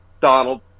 Donald